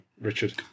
Richard